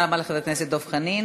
תודה רבה לחבר הכנסת דב חנין.